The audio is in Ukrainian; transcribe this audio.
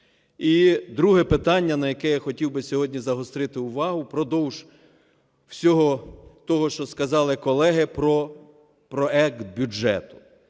І друге питання, на якому я хотів сьогодні загострити увагу впродовж всього того, що сказали колеги про проект бюджету.